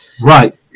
Right